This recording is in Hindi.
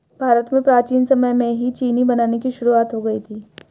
भारत में प्राचीन समय में ही चीनी बनाने की शुरुआत हो गयी थी